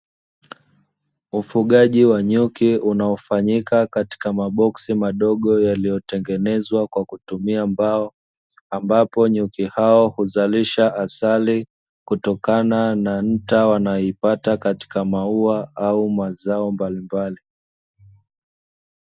Ufugaji wa nyuki unaofanyika katika maboksi madogo yaliyotengenezwa kwa kutumia mbao, ambapo nyuki hao huzalisha asali kutokana na nta wanayoipata katika maua au mazao mbalimbali.